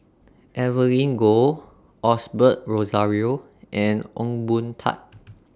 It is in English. Evelyn Goh Osbert Rozario and Ong Boon Tat